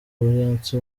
beyonce